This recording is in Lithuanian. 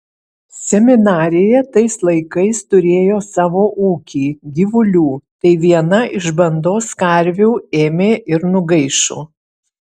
seminarija tais laikais turėjo savo ūkį gyvulių tai viena iš bandos karvių ėmė ir nugaišo